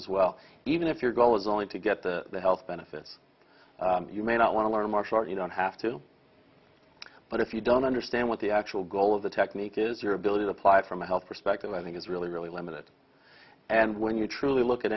as well even if your goal is only to get the health benefits you may not want to learn martial art you don't have to but if you don't understand what the actual goal of the technique is your ability to apply it from a health perspective i think is really really limited and when you truly look at